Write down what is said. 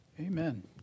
Amen